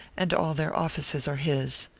and all their offices are his.